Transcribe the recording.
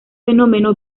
fenómeno